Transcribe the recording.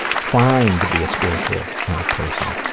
trying to be a spiritual person,